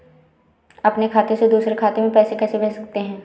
अपने खाते से दूसरे खाते में पैसे कैसे भेज सकते हैं?